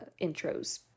intros